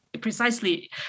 precisely